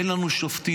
אין לנו שופטים,